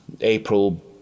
April